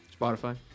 Spotify